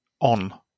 on